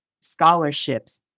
scholarships